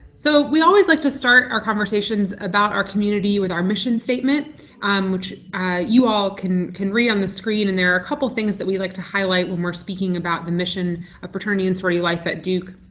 so we always like to start our conversations about our community with our mission statement um which you all can can read on the screen and there are a couple things that we like to highlight highlight when we're speaking about the mission of fraternity and sorority life at duke.